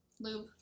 lube